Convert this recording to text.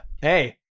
hey